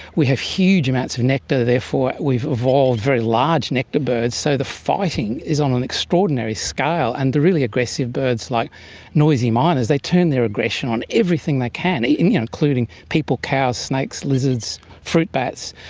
we have huge amounts of nectar, therefore we've evolved very large nectar birds, so the fighting is on an extraordinary scale, and the really aggressive birds like noisy miners, they turn their aggression on everything they can, and yeah including people, cows, snakes, lizards, fruit bats.